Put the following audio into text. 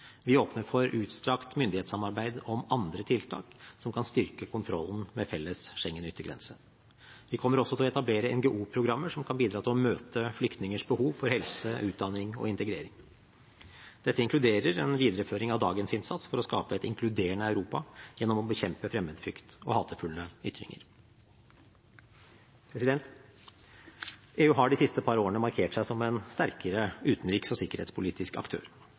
Vi åpner for utstrakt myndighetssamarbeid om andre tiltak som kan styrke kontrollen med felles Schengen-yttergrense. Vi kommer også til å etablere NGO-programmer som kan bidra til å møte flyktningers behov for helse, utdanning og integrering. Dette inkluderer en videreføring av dagens innsats for å skape et inkluderende Europa gjennom å bekjempe fremmedfrykt og hatefulle ytringer. EU har de siste par årene markert seg som en sterkere utenriks- og sikkerhetspolitisk aktør.